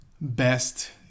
best